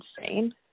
insane